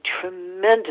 tremendous